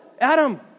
Adam